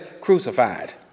crucified